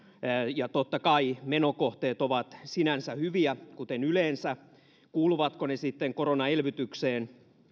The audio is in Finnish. ja totta kai menokohteet ovat sinänsä hyviä kuten yleensä mutta se kuuluvatko ne sitten koronaelvytykseen